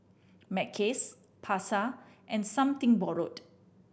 Mackays Pasar and Something Borrowed